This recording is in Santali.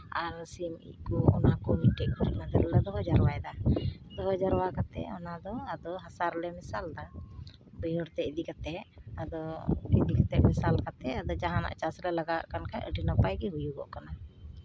ᱟᱨ ᱥᱤᱢ ᱤᱡ ᱠᱚ ᱚᱱᱟ ᱠᱚ ᱢᱤᱫᱴᱮᱡ ᱜᱩᱨᱤᱡ ᱢᱟᱸᱫᱮ ᱨᱮᱞᱮ ᱫᱚᱦᱚ ᱡᱟᱣᱨᱟᱭᱮᱫᱟ ᱫᱚᱦᱚ ᱡᱟᱣᱨᱟ ᱠᱟᱛᱮ ᱚᱱᱟ ᱫᱚ ᱟᱫᱚ ᱦᱟᱥᱟ ᱨᱮᱞᱮ ᱢᱮᱥᱟ ᱞᱮᱫᱟ ᱵᱟᱹᱭᱦᱟᱹᱲ ᱛᱮ ᱤᱫᱤ ᱠᱟᱛᱮ ᱟᱫᱚ ᱠᱩᱰᱤ ᱛᱮ ᱢᱮᱥᱟᱞ ᱠᱟᱛᱮ ᱟᱫᱚ ᱡᱟᱦᱟᱱᱟᱜ ᱪᱟᱥᱨᱮ ᱞᱟᱜᱟᱣᱮᱜ ᱠᱷᱟᱡ ᱟᱹᱰᱤ ᱱᱟᱯᱟᱭ ᱜᱮ ᱦᱩᱭᱩᱜᱚᱜ ᱠᱟᱱᱟ